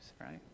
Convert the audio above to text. right